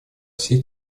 всей